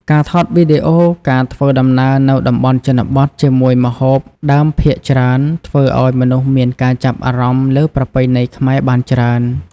ការថតវីដេអូការធ្វើដំណើរនៅតំបន់ជនបទជាមួយម្ហូបដើមភាគច្រើនធ្វើឲ្យមនុស្សមានការចាប់អារម្មណ៍លើប្រពៃណីខ្មែរបានច្រើន។